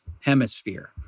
hemisphere